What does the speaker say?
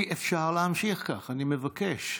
אי-אפשר להמשיך כך, אני מבקש.